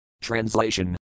Translation